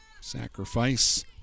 Sacrifice